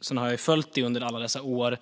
Sedan har jag följt det under alla dessa år.